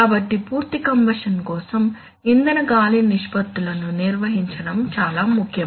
కాబట్టి పూర్తి కంబషన్ కోసం ఇంధన గాలి నిష్పత్తులను నిర్వహించడం చాలా ముఖ్యం